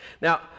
now